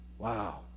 Wow